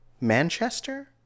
Manchester